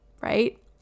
right